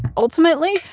ultimately,